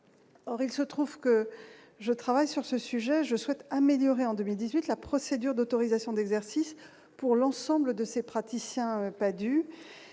Or il se trouve que je travaille sur ce sujet, je souhaite améliorer en 2018, la procédure d'autorisation d'exercice pour l'ensemble de ces praticiens et